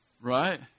Right